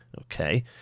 okay